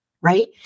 right